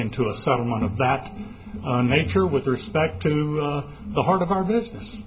have some of that nature with respect to the heart of our business